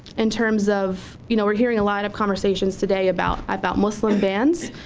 in terms of, you know we're hearing a lot of conversations today about about muslim bans,